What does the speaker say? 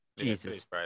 Jesus